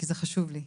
זה חשוב לי,